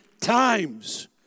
times